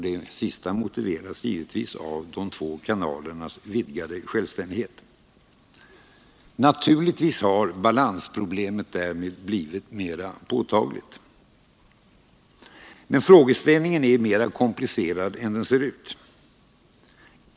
Det sista motiveras givetvis av de två kanalernas vidgade självständighet. Naturligtvis har balansproblemet därmed blivit mera påtagligt. Men frågeställningen är mera komplicerad än den ser ut.